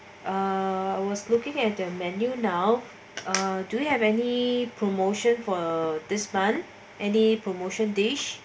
uh I was looking at the menu now uh do you have any promotion for this month any promotion dish